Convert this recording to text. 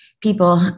people